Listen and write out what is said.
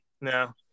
No